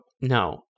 no